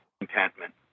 contentment